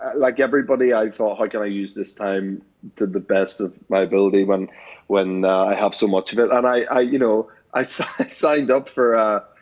like everybody, i thought, how can i use this time to the best of my ability when when i have so much of it? and i you know, i signed up for,